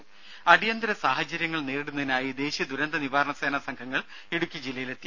ദേദ അടിയന്തര സാഹചര്യങ്ങൾ നേരിടുന്നതിനായി ദേശീയ ദുരന്ത നിവാരണ സേന സംഘങ്ങൾ ഇടുക്കി ജില്ലയിലെത്തി